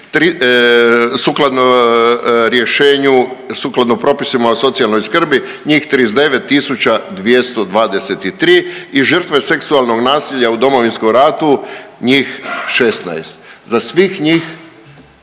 sukladno propisima o socijalnoj skrbi njih 39.223 i žrtve seksualnog nasilja u Domovinskom ratu njih 16. Za svih njih